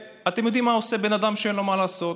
ואתם יודעים מה עושה בן אדם שאין לו מה לעשות?